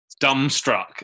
dumbstruck